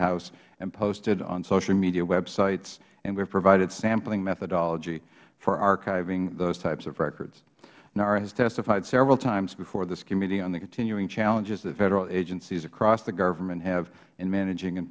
house and posted on social media websites and we have provided sampling methodology for archiving those types of records nara has testified several times before this committee on the continuing challenges that federal agencies across the government have in managing and